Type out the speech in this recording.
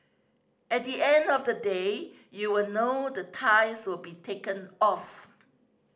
at the end of the day you would know the ties will be taken off